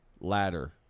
Ladder